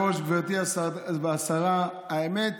אדוני היושב-ראש, גברתי השרה, האמת,